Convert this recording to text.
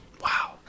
Wow